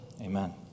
Amen